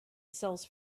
sells